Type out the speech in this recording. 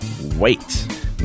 wait